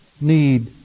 need